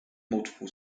multiple